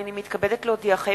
הנני מתכבדת להודיעכם,